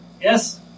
Yes